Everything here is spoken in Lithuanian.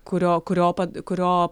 kurio kurio kurio